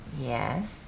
yes